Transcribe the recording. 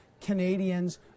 canadians